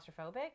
claustrophobic